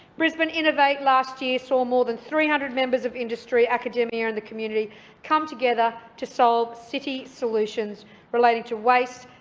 brisbane innovate last year saw more than three hundred members of industry, academia and the community come together to solve city solutions relating to waste,